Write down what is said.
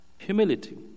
humility